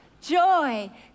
joy